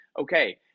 okay